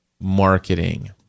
marketing